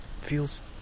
feels